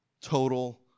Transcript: Total